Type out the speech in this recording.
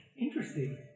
Interesting